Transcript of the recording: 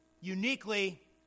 uniquely